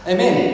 Amen